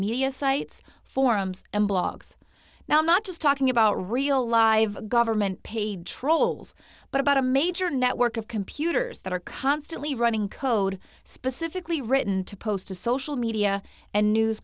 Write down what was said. media sites forums and blogs now not just talking about real live government paid trolls but about a major network of computers that are constantly running code specifically written to post to social media and news